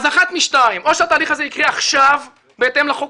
אז אחת משתיים: או שהתהליך הזה יקרה עכשיו בהתאם לחוק